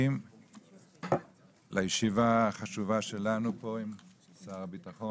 בוקר טוב לכל הנאספים לישיבה החשובה שלנו פה עם שר הביטחון.